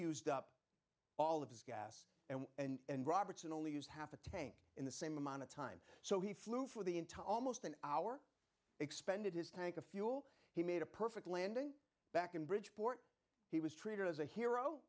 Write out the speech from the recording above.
used up all of his gas and and roberts and only use half a tank in the same amount of time so he flew for the entire almost an hour expended his tank of fuel he made a perfect landing back in bridgeport he was treated as a hero